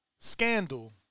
Scandal